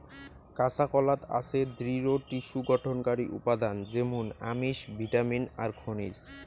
কাঁচাকলাত আছে দৃঢ টিস্যু গঠনকারী উপাদান য্যামুন আমিষ, ভিটামিন আর খনিজ